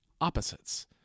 opposites